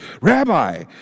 Rabbi